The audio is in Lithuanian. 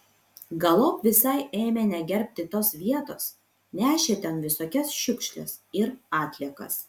galop visai ėmė negerbti tos vietos nešė ten visokias šiukšles ir atliekas